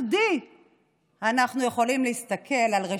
אנחנו נעצור.